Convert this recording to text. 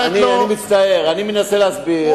אני מצטער, אני מנסה להסביר.